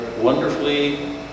wonderfully